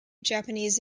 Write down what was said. japanese